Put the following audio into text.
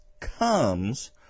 comes